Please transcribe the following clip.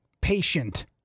patient